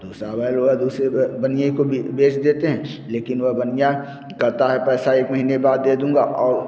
दूसरा बैल वह दूसरे बनिए को भी बेच देते हैं लेकिन वह बनिया कहता है पैसा एक महिने बाद दे दूँगा और